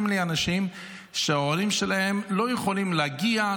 אנשים מספרים לי שההורים שלהם לא יכולים להגיע,